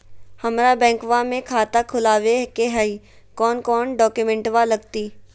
हमरा बैंकवा मे खाता खोलाबे के हई कौन कौन डॉक्यूमेंटवा लगती?